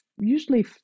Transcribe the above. usually